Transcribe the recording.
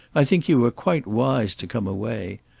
i think you were quite wise to come away.